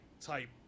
type